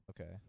Okay